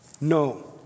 No